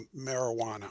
marijuana